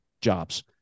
jobs